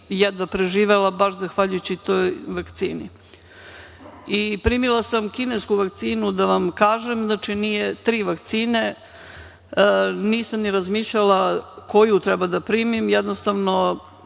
jedva preživela, baš zahvaljujući toj vakcini. Primila sam kinesku vakcinu da vam kažem, znači nije tri vakcine. Nisam ni razmišljala koju treba da primim, tad